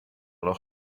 leur